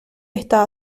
esta